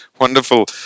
wonderful